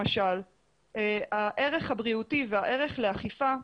הערך הבריאותי והערך לאכיפה,